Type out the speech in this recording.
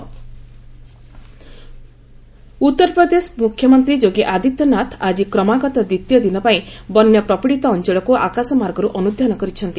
UP flood Uttar Pradesh ମୁଖ୍ୟମନ୍ତ୍ରୀ ଯୋଗୀ ଆଦିତ୍ୟନାଥ ଆଜି କ୍ରମାଗତ ଦିନ ପାଇଁ ବନ୍ୟା ପ୍ରପୀଡିତ ଅଞ୍ଚଳକୁ ଆକାଶମାର୍ଗକୁ ଅନୁଧ୍ୟାନ କରିଛନ୍ତି